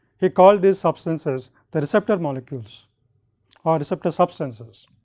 he called these substances the receptor molecules or receptor substances.